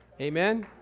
Amen